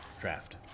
draft